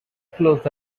clothes